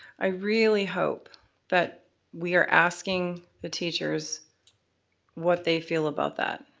i really hope that we are asking the teachers what they feel about that.